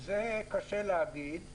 את זה קשה להגיד.